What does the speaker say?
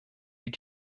wie